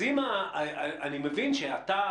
אני מבין שאתה,